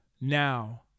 now